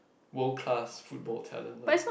world class football talents